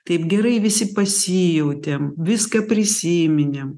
taip gerai visi pasijautėm viską prisiminėm